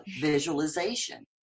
visualization